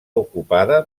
ocupada